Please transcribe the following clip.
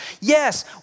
Yes